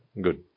Good